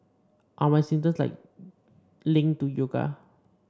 are my symptoms like linked to yoga